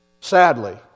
Sadly